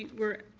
we're